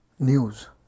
News